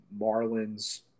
Marlins